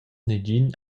negin